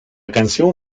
canción